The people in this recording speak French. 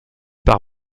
par